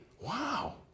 wow